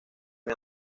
muy